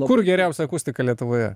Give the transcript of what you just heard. kur geriausia akustika lietuvoje